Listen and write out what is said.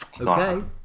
Okay